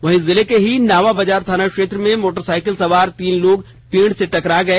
इधर जिले के ही नावा बाजार थाना क्षेत्र में मोटरसाइकिल सवार तीन लोग पेड से टकरा गए